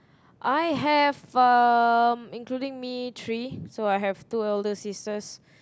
I have um including me three so I have two elder sisters